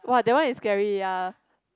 !wah! that one is scary ya